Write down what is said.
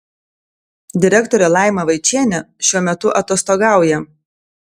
direktorė laima vaičienė šiuo metu atostogauja